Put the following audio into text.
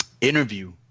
interview